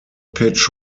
pitch